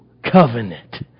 Covenant